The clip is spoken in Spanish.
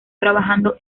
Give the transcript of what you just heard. trabajando